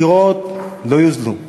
הדירות לא יוזלו.